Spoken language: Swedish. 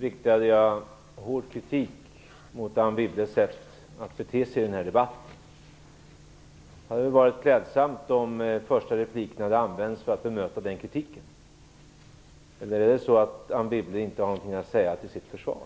riktade jag hård kritik mot Anne Wibbles sätt att bete sig i den här debatten. Det hade väl varit klädsamt om den första repliken hade använts för att bemöta den kritiken. Eller har Anne Wibble inte någonting att säga till sitt försvar?